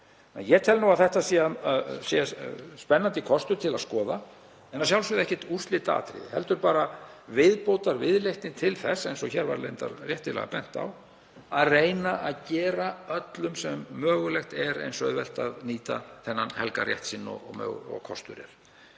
ég tel að það sé spennandi kostur til að skoða en að sjálfsögðu ekkert úrslitaatriði heldur bara viðbótarviðleitni til þess, eins og hér var reyndar réttilega bent á, að reyna að gera öllum sem mögulegt er eins auðvelt að nýta þennan helga rétt sinn og kostur er,